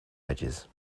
edges